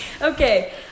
Okay